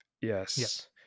Yes